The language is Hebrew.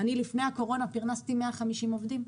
לפני הקורונה פרנסתי 150 עובדים,